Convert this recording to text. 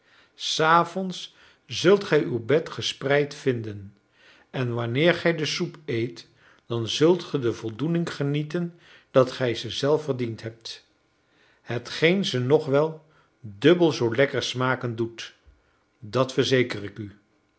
s avonds zult gij uw bed gespreid vinden en wanneer gij de soep eet dan zult ge de voldoening genieten dat gij ze zelf verdiend hebt hetgeen ze nog wel dubbel zoo lekker smaken doet dat verzeker ik u